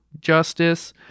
justice